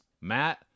Matt